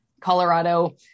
Colorado